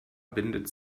bindet